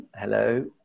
Hello